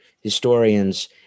historians